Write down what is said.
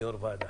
יושב-ראש ועדה.